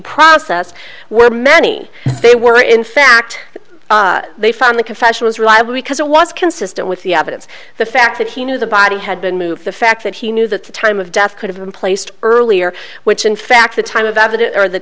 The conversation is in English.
process where many they were in fact they found the confession was reliable because it was consistent with the evidence the fact that he knew the body had been moved the fact that he knew that the time of death could have been placed earlier which in fact the time of evidence or the